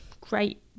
great